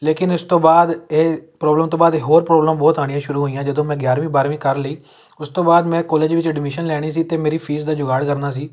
ਲੇਕਿਨ ਇਸ ਤੋਂ ਬਾਅਦ ਇਹ ਪ੍ਰੋਬਲਮ ਤੋਂ ਬਾਅਦ ਇ ਹੋਰ ਪ੍ਰੋਬਲਮ ਬਹੁਤ ਆਉਣੀਆਂ ਸ਼ੁਰੂ ਹੋਈਆਂ ਜਦੋਂ ਮੈਂ ਗਿਆਰਵੀਂ ਬਾਰਵੀਂ ਕਰ ਲਈ ਉਸ ਤੋਂ ਬਾਅਦ ਮੈਂ ਕੋਲਜ ਵਿੱਚ ਐਡਮਿਸ਼ਨ ਲੈਣੀ ਸੀ ਅਤੇ ਮੇਰੀ ਫੀਸ ਦਾ ਜੁਗਾੜ ਕਰਨਾ ਸੀ